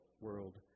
world